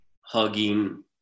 hugging